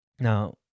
Now